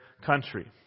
country